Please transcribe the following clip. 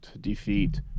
defeat